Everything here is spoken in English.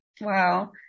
Wow